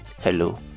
hello